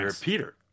Peter